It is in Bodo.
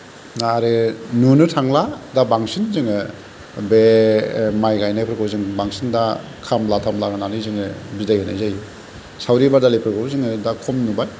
आरो नुनो थांला दा बांसिन जोङो बे माइ गायनायफोरखौ जोङो बांसिन दा खामला थामला होनानै जोङो बिदाय होनाय जायो सावरि बादालिफोरखौबो जोङो दा खम नुबाय